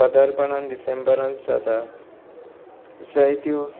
सादारणपणान डिसेंबरांत जाता जायत्यो